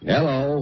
Hello